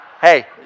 hey